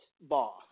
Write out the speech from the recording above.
boss